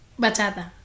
Bachata